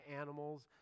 animals